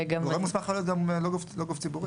גורם מוסמך יכול להיות גם לא גוף ממשלתי אלא גוף ציבורי,